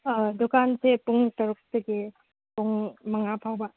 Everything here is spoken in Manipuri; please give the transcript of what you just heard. ꯗꯨꯀꯥꯟꯁꯦ ꯄꯨꯡ ꯇꯔꯨꯛꯇꯒꯤ ꯄꯨꯡ ꯃꯉꯥ ꯐꯥꯎꯕ